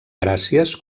gràcies